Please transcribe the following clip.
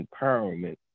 empowerment